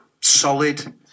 solid